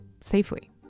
safely